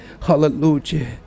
hallelujah